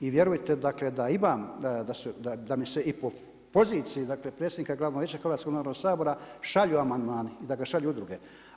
I vjerujte dakle da imam, da mi se i po poziciji, dakle predsjednika Glavnog vijeća Hrvatskog narodnog sabora šalju amandmani, dakle šalju udruge.